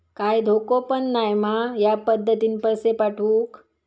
काय धोको पन नाय मा ह्या पद्धतीनं पैसे पाठउक?